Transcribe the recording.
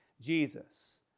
Jesus